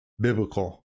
biblical